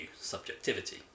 subjectivity